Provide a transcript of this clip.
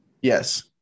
Yes